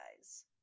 guys